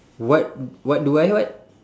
what what do I what